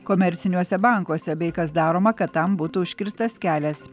komerciniuose bankuose bei kas daroma kad tam būtų užkirstas kelias